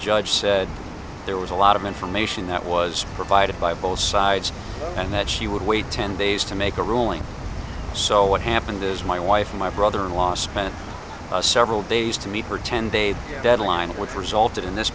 judge said there was a lot of information that was provided by both sides and that she would wait ten days to make a ruling so what happened is my wife my brother in law spent several days to meet her ten day deadline which resulted in this